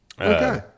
Okay